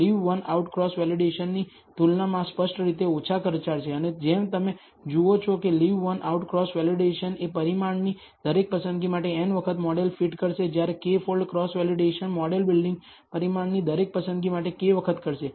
leave one out cross વેલિડેશનની તુલનામાં આ સ્પષ્ટ રીતે ઓછા ખર્ચાળ છે અને જેમ તમે જુઓ છો કે leave one out cross validation એ પરિમાણની દરેક પસંદગી માટે n વખત મોડલ ફીટ કરશે જ્યારે K fold cross validation model building પરિમાણની દરેક પસંદગી માટે K વખત કરશે